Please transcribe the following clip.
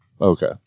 Okay